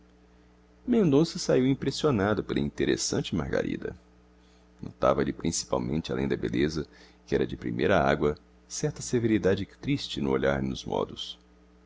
mendonça saiu impressionado pela interessante margarida notava lhe principalmente além da beleza que era de primeira água certa severidade triste no olhar e nos modos